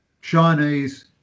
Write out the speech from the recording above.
Chinese